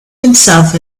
himself